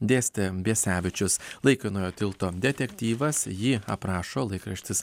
dėstė biesevičius laikinojo tilto detektyvas jį aprašo laikraštis